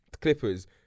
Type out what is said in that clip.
Clippers